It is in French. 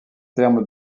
termes